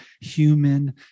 human